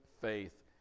faith